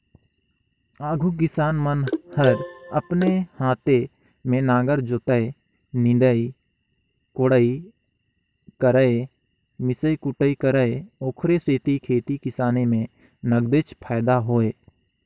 आघु किसान मन हर अपने हाते में नांगर जोतय, निंदई कोड़ई करयए मिसई कुटई करय ओखरे सेती खेती किसानी में नगदेच फायदा होय